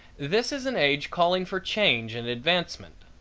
this is an age calling for change and advancement.